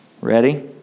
Ready